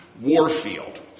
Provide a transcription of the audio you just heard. Warfield